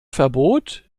verbot